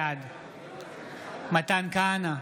בעד מתן כהנא,